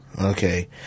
okay